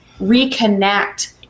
reconnect